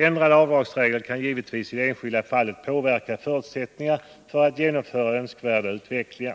Ändrade avdragsregler kan givetvis i det enskilda fallet påverka förutsättningarna för att genomföra önskvärda åtgärder.